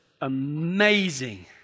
amazing